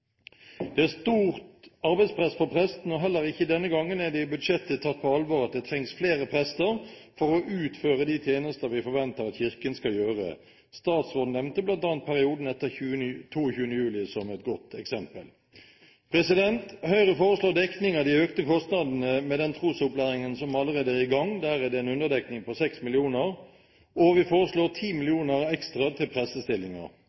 Det er stort arbeidspress på prestene, og heller ikke denne gangen er det i budsjettet tatt på alvor at det trengs flere prester for å utføre de tjenester vi forventer at Kirken skal gjøre. Statsråden nevnte bl.a. perioden etter 22. juli som et godt eksempel. Høyre foreslår dekning av de økte kostnadene til den trosopplæringen som allerede er i gang – der er det en underdekning på 6 mill. kr – og vi foreslår